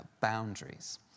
boundaries